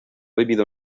vivido